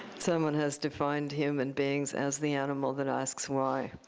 someone has defined human beings as the animal that asks why?